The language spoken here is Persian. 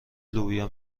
لوبیا